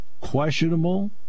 questionable